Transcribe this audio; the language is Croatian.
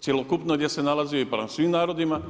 cjelokupno gdje se nalazi i prema svim narodima.